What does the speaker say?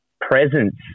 presence